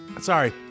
Sorry